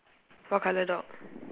what colour dog